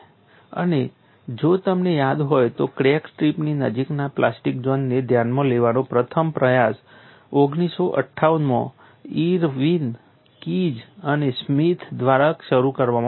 અને જો તમને યાદ હોય તો ક્રેક ટિપની નજીકના પ્લાસ્ટિક ઝોનને ધ્યાનમાં લેવાનો પ્રથમ પ્રયાસ 1958 માં ઇરવિન કિઝ અને સ્મિથ દ્વારા શરૂ કરવામાં આવ્યો હતો